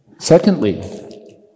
Secondly